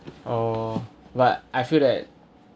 orh but I feel that